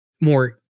more